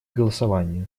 голосования